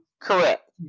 Correct